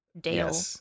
Dale